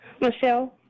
Michelle